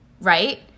right